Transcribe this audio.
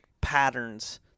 patterns